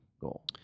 goal